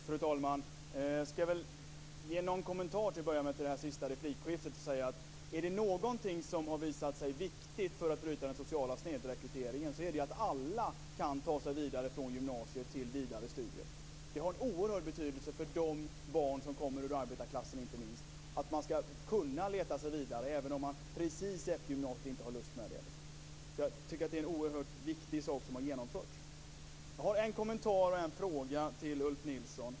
Fru talman! Jag skall till att börja med kommentera det senaste replikskiftet. Är det någonting som har visat sig viktigt för att bryta den sociala snedrekryteringen är det att alla kan ta sig vidare från gymnasiet till vidare studier. Det har en oerhörd betydelse, inte minst för de barn som kommer ur arbetarklassen, att man skall kunna leta sig vidare, även om man precis efter gymnasiet inte har lust med det. Jag tycker därför att det är en oerhört viktig sak som har genomförts. Jag har en kommentar och en fråga till Ulf Nilsson.